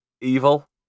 evil